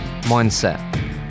mindset